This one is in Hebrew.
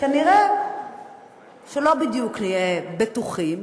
כנראה שלא בדיוק נהיה בטוחים,